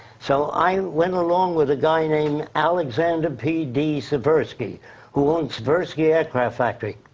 so, i went along with a guy named alexander p. de seversky who owns seversky aircraft factory.